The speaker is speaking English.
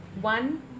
one